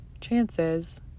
chances